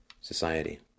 society